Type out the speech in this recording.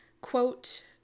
quote